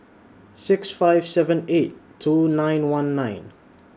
six five seven eight two nine one nine